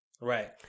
right